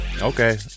Okay